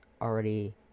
already